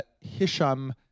Hisham